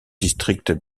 district